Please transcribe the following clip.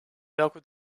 welke